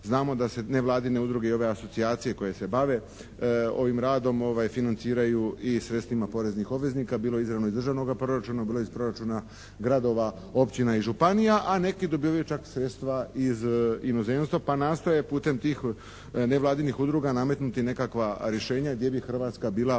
znamo da se nevladine udruge i ove asocijacije koje se bave ovim radom financiraju i sredstvima poreznih obveznika bilo izravno iz državnoga proračuna bilo iz proračuna gradova, općina i županija a neki dobivaju čak sredstva iz inozemstva pa nastoje putem tih nevladinih udruga nametnuti nekakva rješenja gdje bi Hrvatska bila